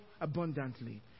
abundantly